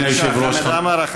בבקשה, חמד עמאר.